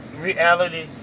reality